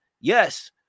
yes